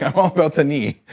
i'm all about the knee!